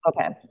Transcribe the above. Okay